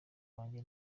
wanjye